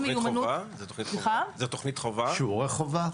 זה שיעורי חובה?